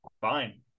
fine